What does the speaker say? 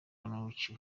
n’uwiciwe